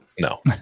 No